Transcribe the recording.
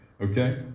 okay